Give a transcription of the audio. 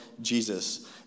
Jesus